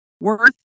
worth